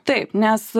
taip nes